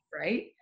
right